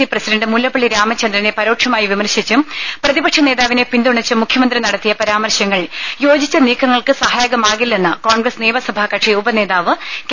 C president Mullappally രാമചന്ദ്രനെ പരോക്ഷമായി വിമർശിച്ചും പ്രതിപക്ഷനേതാ വിനെ പിന്തുണച്ചും മുഖ്യമന്ത്രി നടത്തിയ പരാമർശങ്ങൾ യോജിച്ച നീക്കങ്ങൾക്ക് സഹായകമാകില്ലെന്ന് കോൺഗ്രസ് നിയമസഭാക ക്ഷി ഉപനേതാവ് കെ